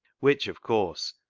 which, of course,